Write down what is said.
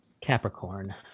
capricorn